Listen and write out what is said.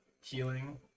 healing